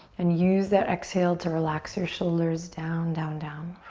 and use that exhale to relax your shoulders down, down, down.